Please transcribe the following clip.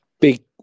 Big